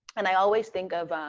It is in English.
and i always think of,